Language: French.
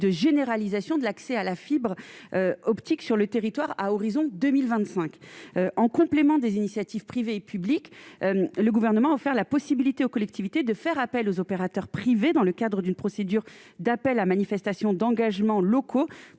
de généralisation de l'accès à la fibre optique sur le territoire, à horizon 2025, en complément des initiatives privées et publiques, le gouvernement a offert la possibilité aux collectivités de faire appel aux opérateurs privés dans le cadre d'une procédure d'appel à manifestations d'engagements locaux